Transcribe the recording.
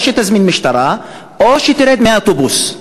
או תזמין משטרה או תרד מהאוטובוס.